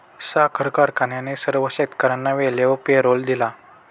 साखर कारखान्याने सर्व शेतकर्यांना वेळेवर पेरोल दिला